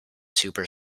super